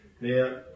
Now